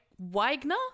Wagner